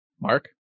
Mark